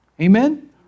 Amen